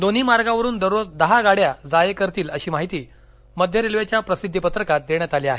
दोन्ही मार्गावरून दररोज दहा गाड्या जा ये करतील अशी माहिती मध्य रेल्वेच्या प्रसिध्दी पत्रकात देण्यात आली आहे